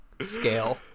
scale